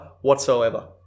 whatsoever